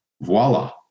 voila